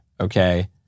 okay